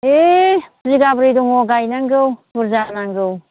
होइ बिघाब्रै दं गायनांगौ बुरजा नांगौ